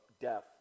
death